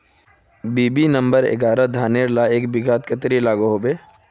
BB number एगारोह धानेर ला एक बिगहा खेतोत कतेरी लागोहो होबे?